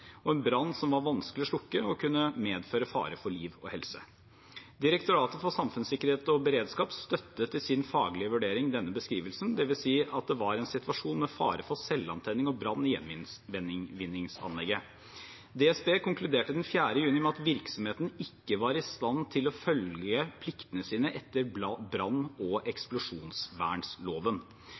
og en brann som ville være vanskelig å slukke og kunne medføre fare for liv og helse. Direktoratet for samfunnssikkerhet og beredskap støttet i sin faglige vurdering denne beskrivelsen, dvs. at det var en situasjon med fare for selvantenning og brann i gjenvinningsanlegget. DSB konkluderte den 4. juni med at virksomheten ikke var i stand til å følge pliktene sine etter brann- og eksplosjonsvernloven.